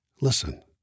Listen